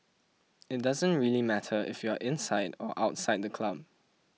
it doesn't really matter if you are inside or outside the club